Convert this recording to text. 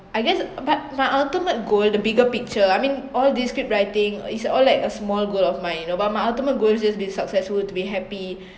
I guess my my ultimate goal the bigger picture I mean all this script writing is all like a small goal of my but my ultimate goal just be successful to be happy